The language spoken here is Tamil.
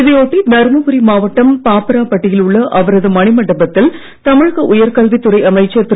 இதையொட்டி தர்மபுரி மாவட்டம் பாப்பாரப்பட்டியில் உள்ள அவரது மணிமண்டபத்தில் தமிழக உயர்கல்வித் துறை அமைச்சர் திரு